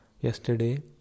yesterday